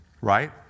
Right